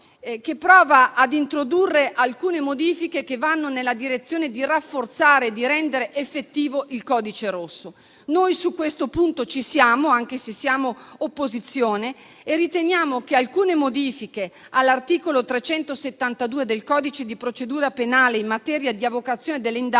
che prova a introdurre alcune modifiche che vanno nella direzione di rafforzare e di rendere effettivo il codice rosso. Su questo punto ci siamo, anche se siamo all'opposizione e riteniamo che alcune modifiche all'articolo 372 del codice di procedura penale, in materia di avocazione delle indagini,